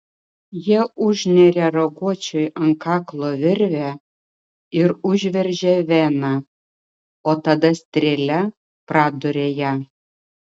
jie užneria raguočiui ant kaklo virvę ir užveržia veną o tada strėle praduria ją